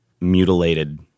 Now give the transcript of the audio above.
mutilated